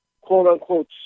quote-unquote